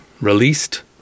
released